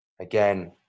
again